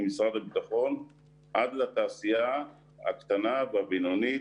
במשרד הביטחון עד לתעשייה הקטנה והבינונית